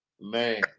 Man